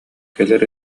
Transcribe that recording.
кэлэр